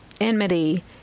enmity